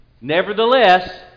Nevertheless